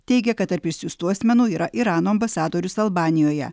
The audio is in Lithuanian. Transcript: teigia kad tarp išsiųstų asmenų yra irano ambasadorius albanijoje